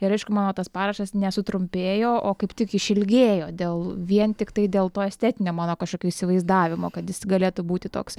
ir aišku mano tas parašas nesutrumpėjo o kaip tik išilgėjo dėl vien tiktai dėl to estetinio mano kažkokio įsivaizdavimo kad jis galėtų būti toks